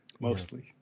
mostly